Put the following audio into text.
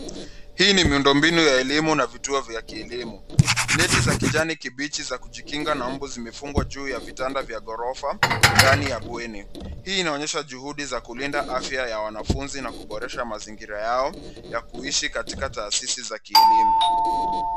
Hii ni miundombinu ya elimu na vituo vya kielimu. Neti za kijani kibichi za kijikinga na mbu zimefugwa juu ya vitanda vya ghorofa ndani ya bweni. Hii inaonyesha juhudi za kulinda afya ya wanafuzi na kuboresha mazingira yao ya kuishi katika taasisi za kielimu.